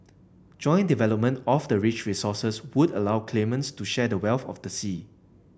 joint development of the rich resources would allow claimants to share the wealth of the sea